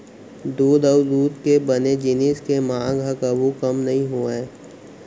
दूद अउ दूद के बने जिनिस के मांग ह कभू कम नइ होवय